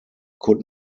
could